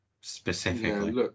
specifically